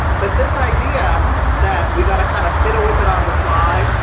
but this idea that we got to kind of fiddle with it on the fly.